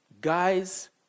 guys